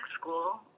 school